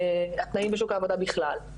התנאים בשוק העבודה בכלל.